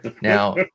Now